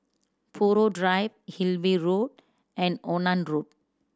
Buroh Drive Hillview Road and Onan Road